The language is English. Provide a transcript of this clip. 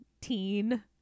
teen